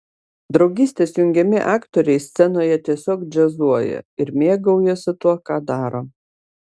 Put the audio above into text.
draugystės jungiami aktoriai scenoje tiesiog džiazuoja ir mėgaujasi tuo ką daro